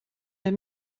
der